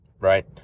right